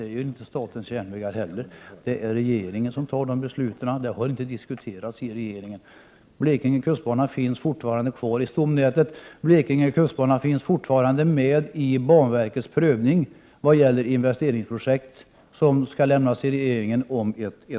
Det gör inte heller statens järnvägar. Det är regeringen som fattar de besluten, och någon flyttning av Blekinge kustbana ur stomnätet har inte diskuterats i regeringen. Blekinge kustbana finns fortfarande med i banverkets prövning i fråga om investeringsprojekt som skall redovisas för regeringen om ett år.